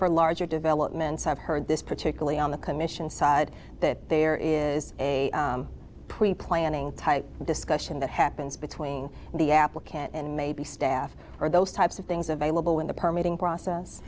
for larger developments i've heard this particularly on the commission side that there is a pre planning type discussion that happens between the applicant and maybe staff or those types of things available in the per meeting process